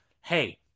hey